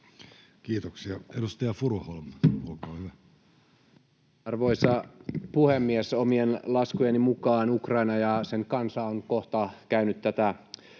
Kiitoksia. — Edustaja Furuholm, olkaa hyvä. Arvoisa puhemies! Omien laskujeni mukaan Ukraina ja sen kansa ovat kohta käyneet tätä